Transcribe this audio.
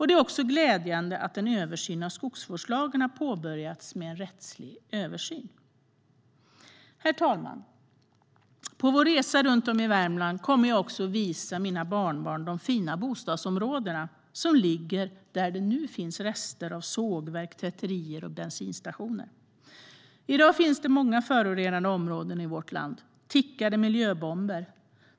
Det är dessutom glädjande att en översyn av skogsvårdslagen har påbörjats, det vill säga en rättslig översyn. Herr talman! På vår resa runt om i Värmland kommer jag även att visa mina barnbarn de fina bostadsområden som ligger där det finns rester av sågverk, tvätterier och bensinstationer. I dag finns många förorenade områden i vårt land, tickande miljöbomber.